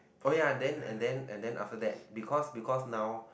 oh ya then and then and then after that because because now